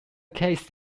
case